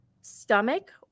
stomach